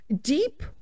Deep